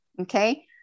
okay